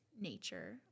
nature